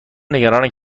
نگرانند